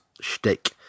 shtick